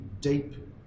deep